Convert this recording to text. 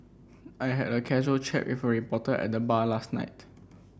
I had a casual chat with a reporter at the bar last night